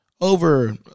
Over